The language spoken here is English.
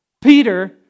Peter